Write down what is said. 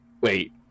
Wait